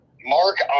Mark